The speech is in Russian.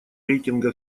рейтинга